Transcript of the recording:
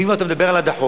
ואם אתה מדבר על הדחות,